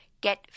Get